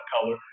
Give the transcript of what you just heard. color